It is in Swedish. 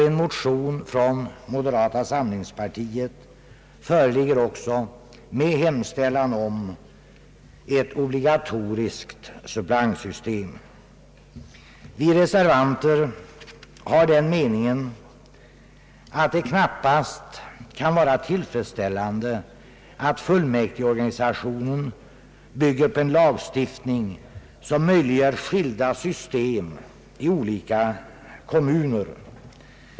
En motion från moderata samlingspartiet föreligger också Vi reservanter är av den meningen att det knappast kan vara tillfredsställande att fullmäktigeorganisationen bygger på en lagstiftning som möjliggör skilda system i olika kommuner.